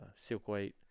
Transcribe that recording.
silkweight